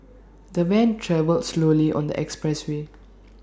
the van travelled slowly on the expressway